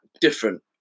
different